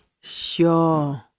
Sure